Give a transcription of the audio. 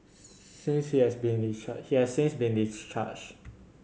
since he has been he has since been discharged